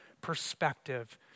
perspective